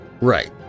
Right